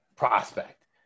prospect